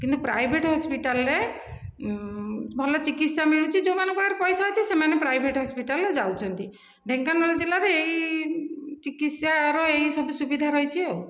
କିନ୍ତୁ ପ୍ରାଇଭେଟ ହସ୍ପିଟାଲରେ ଭଲ ଚିକିତ୍ସା ମିଲୁଛି ଯେଉଁମାନଙ୍କ ପାଖରେ ପଇସା ଅଛି ସେମାନେ ପ୍ରାଇଭେଟ ହସ୍ପିଟାଲ ଯାଉଛନ୍ତି ଢେଙ୍କାନାଳ ଜିଲ୍ଲାରେ ଏଇ ଚିକିତ୍ସାର ଏଇସବୁ ସୁବିଧା ରହିଛି ଆଉ